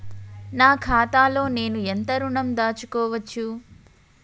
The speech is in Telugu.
నా ఖాతాలో నేను ఎంత ఋణం దాచుకోవచ్చు?